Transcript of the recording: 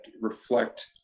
reflect